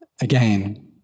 again